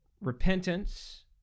Repentance